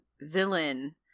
villain